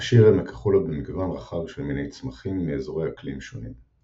עשיר עמק החולה במגוון רחב של מיני צמחים מאזורי אקלים שונים.